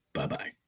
Bye-bye